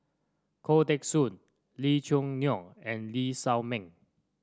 Khoo Teng Soon Lee Choo Neo and Lee Shao Meng